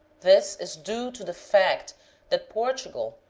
this is due to the fact that portugal,